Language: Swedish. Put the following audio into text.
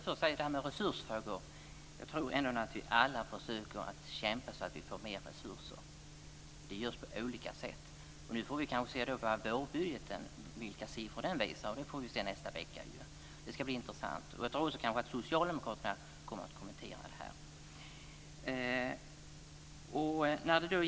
Fru talman! Jag tror att vi alla försöker kämpa för att vi ska få mer resurser. Det görs på olika sätt. Nu får vi se vilka siffror som visas i vårbudgeten som läggs fram i nästa vecka. Det ska bli intressant. Jag tror att även socialdemokraterna kommer att kommentera detta.